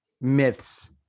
myths